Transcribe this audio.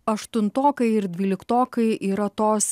aštuntokai ir dvyliktokai yra tos